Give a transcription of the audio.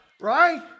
right